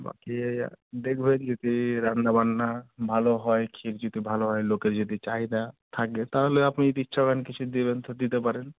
বাকি দেখবেন যদি রান্নাবান্না ভালো হয় ক্ষীর যদি ভালো হয় লোকের যদি চাহিদা থাকে তাহলে আপনি যদি ইচ্ছে করেন কিছু দেবেন তো দিতে পারেন